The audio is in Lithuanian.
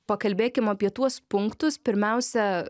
pakalbėkim apie tuos punktus pirmiausia